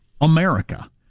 America